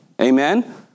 Amen